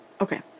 Okay